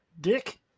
Dick